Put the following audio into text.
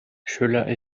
schoeller